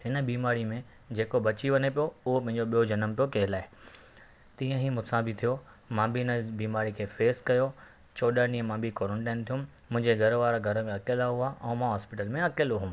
हिन बीमारी में जेको बची वञे पियो हो पंहिंजो ॿियो जनमु पियो कहलाए तीअं ई मूंसां बि थियो मां बि हिन बीमारी खे फेस कयो चोॾहां ॾींहुं मां बि क्वारंटाइन थियुमि मुंहिंजे घरु वारा घर में अकेला हुआ ऐं मां हॉस्पिटल में अकेलो हुमि